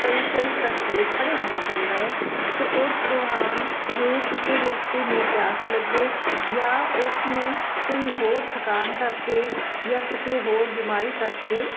ਕਈ ਕਈ ਘੰਟੇ ਖੜੇ ਹੋਣਾ ਪੈਂਦਾ ਹੈ ਅਤੇ ਉਸ ਦੌਰਾਨ ਜੇ ਕਿਸੇ ਵਿਅਕਤੀ ਨੂੰ ਪਿਆਸ ਲੱਗੇ ਜਾਂ ਉਸ ਨੇ ਕੋਈ ਹੋਰ ਥਕਾਨ ਕਰਕੇ ਜਾਂ ਕਿਸੇ ਹੋਰ ਬਿਮਾਰੀ ਕਰਕੇ